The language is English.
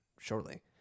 shortly